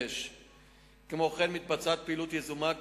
כמו כן נעשית פעילות יזומה,